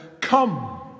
come